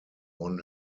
won